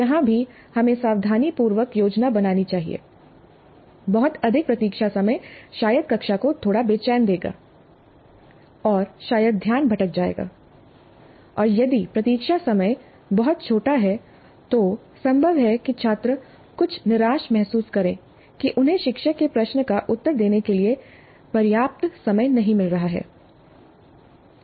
यहाँ भी हमें सावधानीपूर्वक योजना बनानी चाहिए बहुत अधिक प्रतीक्षा समय शायद कक्षा को थोड़ा बेचैन कर देगा और शायद ध्यान भटक जाएगा और यदि प्रतीक्षा समय बहुत छोटा है तो संभव है कि छात्र कुछ निराश महसूस करें कि उन्हें शिक्षक के प्रश्न का उत्तर देने के लिए पर्याप्त समय नहीं मिल रहा है